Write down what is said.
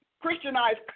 Christianized